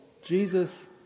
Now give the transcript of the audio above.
Jesus